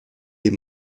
les